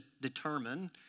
determine